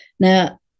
Now